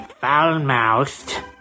foul-mouthed